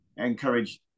encourage